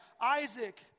Isaac